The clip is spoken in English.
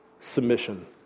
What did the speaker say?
Submission